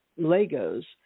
Legos